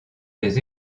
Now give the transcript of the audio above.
des